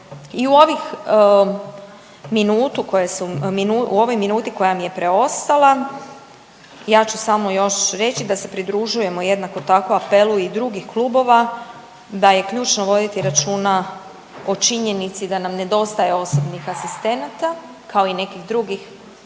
u ovoj minuti koja mi je preostala ja ću samo još reći da se pridružujemo jednako tako apelu i drugih klubova da je ključno voditi računa o činjenici da nam nedostaje osobnih asistenata, kao i nekih drugih kadrova